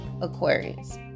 Aquarius